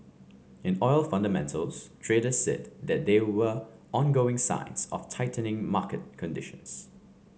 in oil fundamentals traders said that there were ongoing signs of tightening market conditions